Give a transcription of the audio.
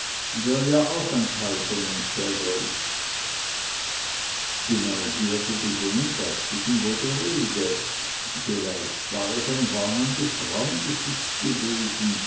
der ja auch ein teil von uns selber ist die neugierde des jungen geistlichen wurde rege vielleicht war es ein warnendes traumgesicht gewesen